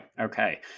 Okay